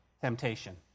temptation